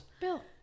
Bill